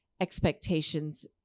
expectations